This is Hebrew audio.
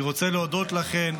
ולהביא את הקול שלכם,